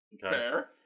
Fair